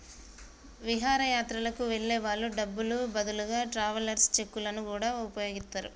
విహారయాత్రలకు వెళ్ళే వాళ్ళు డబ్బులకు బదులుగా ట్రావెలర్స్ చెక్కులను గూడా వుపయోగిత్తరు